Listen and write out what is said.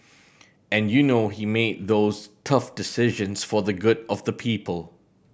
and you know he made those tough decisions for the good of the people